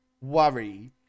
worry